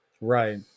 Right